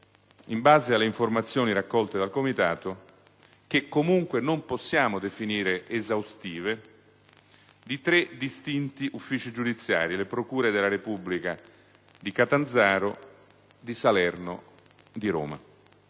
in base alle informazioni raccolte dal Comitato, che comunque non possiamo definire esaustive - di tre distinti uffici giudiziari (le procure della Repubblica di Catanzaro, di Salerno e di Roma)